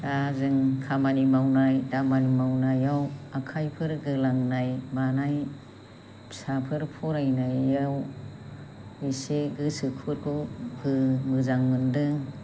दा जों खामानि मावनाय दामानि मावनायाव आखायफोर गोलांनाय मानाय फिसाफोर फरायनायाव एसे गोसोफोरखौ गो मोजां मोनदों